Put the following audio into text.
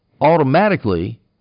automatically